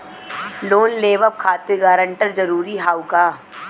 Loan लेवब खातिर guarantor जरूरी हाउ का?